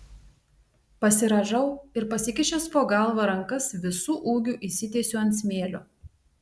pasirąžau ir pasikišęs po galva rankas visu ūgiu išsitiesiu ant smėlio